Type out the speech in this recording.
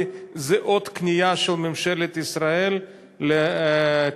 זו עוד כניעה של ממשלת ישראל לטרור,